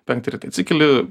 penktą ryte atsikeli